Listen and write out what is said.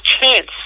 chance